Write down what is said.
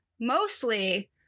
mostly